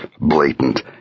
blatant